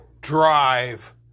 Drive